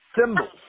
symbols